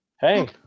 Hey